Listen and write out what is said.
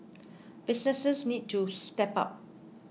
businesses need to step up